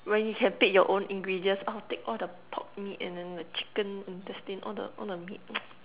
when you have take your own ingredients I take all the pork meat and then the chicken intestine all the all the meat